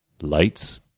lights